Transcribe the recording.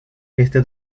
este